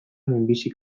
minbizi